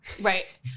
Right